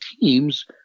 teams